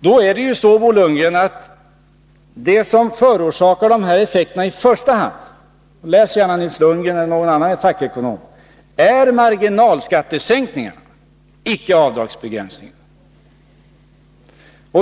Det är så, Bo Lundgren, att det som i första hand ger de här effekterna — läs gärna vad Nils Lundgren eller någon annan fackekonom har skrivit — är marginalskattesänkningarna, icke avdragsbegränsningen.